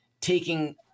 taking